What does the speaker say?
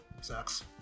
sucks